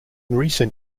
recent